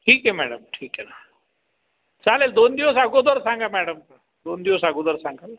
ठीक आहे मॅडम ठीक आहे ना चालेल दोन दिवस अगोदर सांगा मॅडम दोन दिवस अगोदर सांगाल